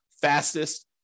fastest